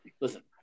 listen